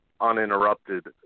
uninterrupted